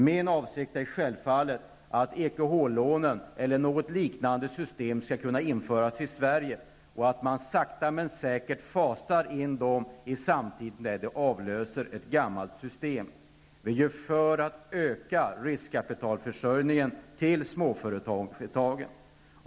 Min avsikt är självfallet att EKH-lånen eller något liknande system skall kunna införas i Sverige och att man sakta men säkert fasar in dem samtidigt som de avlöser gamla system för att öka riskkapitalförsörjningen till småföretagen.